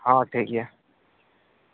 ᱦᱮᱸ ᱴᱷᱤᱠ ᱜᱮᱭᱟ